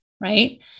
Right